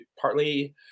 partly